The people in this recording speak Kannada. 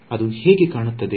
ಇದು ಹೇಗೆ ಕಾಣುತ್ತಾದೆ